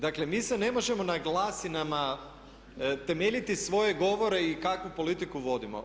Dakle, mi se ne možemo na glasinama temeljiti svoje govore i kakvu politiku vodimo.